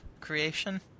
creation